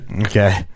Okay